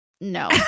no